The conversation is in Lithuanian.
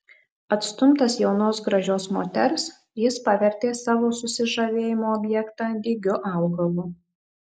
atstumtas jaunos gražios moters jis pavertė savo susižavėjimo objektą dygiu augalu